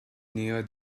near